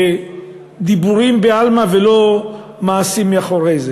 בדיבורים בעלמא וללא מעשים מאחורי זה.